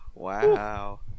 Wow